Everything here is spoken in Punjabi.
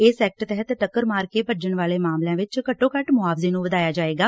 ਇਸ ਐਕਟ ਤਹਿਤ ਟੱਕਰ ਮਾਰ ਕੇ ਭੱਜਣ ਵਾਲੇ ਮਾਮਲਿਆਂ 'ਚ ਘੱਟੋ ਘੱਟ ਮੁਆਵਜੇ ਨੂੰ ਵਧਾਇਆ ਜਾਏਗਾ